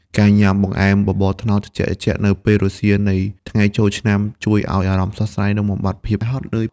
ការញ៉ាំ "បង្អែមបបរត្នោត" ត្រជាក់ៗនៅពេលរសៀលនៃថ្ងៃចូលឆ្នាំ ជួយឱ្យអារម្មណ៍ស្រស់ស្រាយ និងបំបាត់ភាពហត់នឿយ។